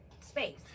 space